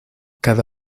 cada